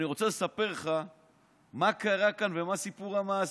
אני רוצה לספר לך מה קרה כאן ומה סיפור המעשה,